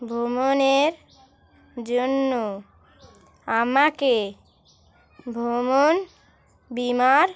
ভ্রমণের জন্য আমাকে ভ্রমণ বিমার